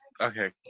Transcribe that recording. okay